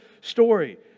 story